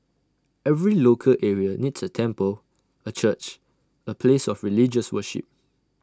every local area needs A temple A church A place of religious worship